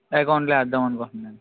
అకౌంట్లో వేద్దాం అనుకుంటున్నానండి